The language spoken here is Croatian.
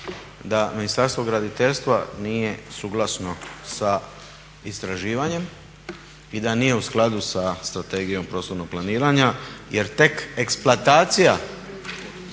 da Ministarstvo graditeljstva nije suglasno sa istraživanjem i da nije u skladu sa strategijom prostornog planiranja jer tek eksploatacija